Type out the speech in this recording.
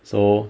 so